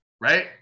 right